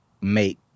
make